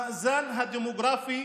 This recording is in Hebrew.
המאזן הדמוגרפי